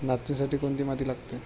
नाचणीसाठी कोणती माती लागते?